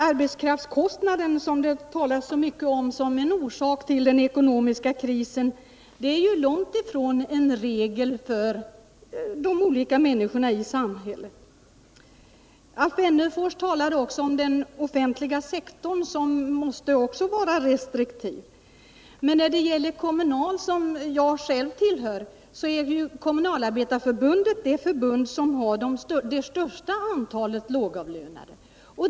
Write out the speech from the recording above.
Det har talats mycket om arbetskraftskostnaderna såsom en orsak till den ekonomiska krisen, men detta är ju långt ifrån en regel för de olika människorna i samhället. Alf Wennerfors talade också om den offentliga sektorn, som han sade också måste vara restriktiv i lönehänseende. Men Kommunalarbetareförbundet, som jag själv tillhör, är det förbund som har det största antalet lågavlönade.